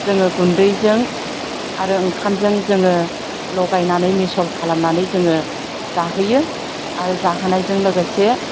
जोङो गुन्दैजों आरो ओंखामजों जोङो लगायनानै मिसल खालामनानै जोङो जाहोयो आरो जाहोनायजों लोगोसे